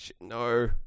no